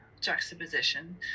juxtaposition